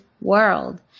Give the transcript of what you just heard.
world